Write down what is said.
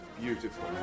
beautiful